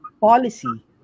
policy